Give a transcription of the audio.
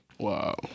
Wow